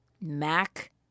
mac